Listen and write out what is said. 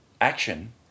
action